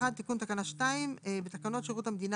תיקון תקנה 2 בתקנה 2(א) לתקנות שירות המדינה